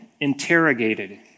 Interrogated